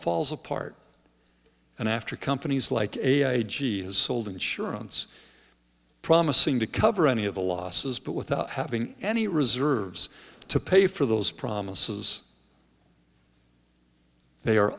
falls apart and after companies like a a g has sold insurance promising to cover any of the losses but without having any reserves to pay for those promises they are